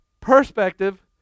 perspective